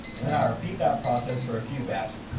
and then i repeat that process for a few batches.